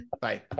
Bye